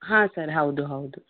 ಹಾಂ ಸರ್ ಹೌದು ಹೌದು